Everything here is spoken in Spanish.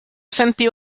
sentía